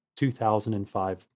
2005